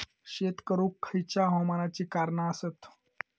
शेत करुक खयच्या हवामानाची कारणा आसत?